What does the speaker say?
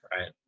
right